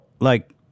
like-